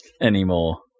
anymore